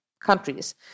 Countries